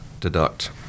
deduct